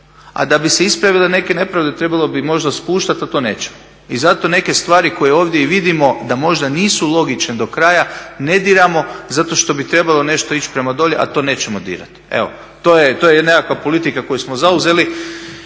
a da bi se ispravile neke nepravde trebalo bi možda spuštati, a to nećemo. I zato neke stvari koje ovdje i vidimo da možda nisu logične do kraja ne diramo zato što bi trebalo nešto ići prema dolje, a to nećemo dirati. Evo, to je nekakva politika koju smo zauzeli.